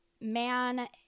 man